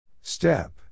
Step